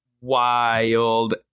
Wild